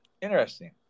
interesting